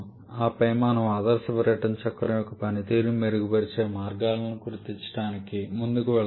ఆపై మనము ఆదర్శ బ్రైటన్ చక్రం యొక్క పనితీరును మెరుగుపరిచే మార్గాలను గుర్తించడానికి ముందుకు వెళ్తాము